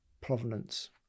provenance